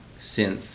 synth